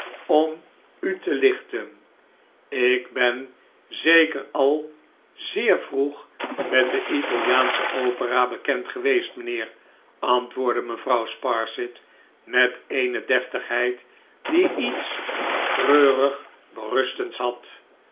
om u te lichten ik ben zeker al zeer vroeg met de italiaansche opera bekend geweest mijnheer antwoordde mevrouw sparsit met eene deftigheid die iets treurig berustends had